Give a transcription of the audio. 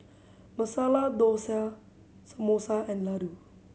Masala Dosa Samosa and Ladoo